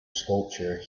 sculpture